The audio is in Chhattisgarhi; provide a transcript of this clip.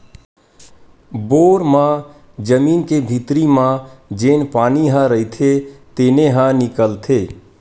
बोर म जमीन के भीतरी म जेन पानी ह रईथे तेने ह निकलथे